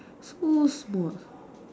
so small